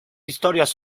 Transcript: historias